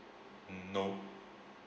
mm no